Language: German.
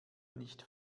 nicht